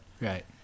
Right